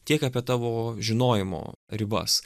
tiek apie tavo žinojimo ribas